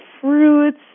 fruits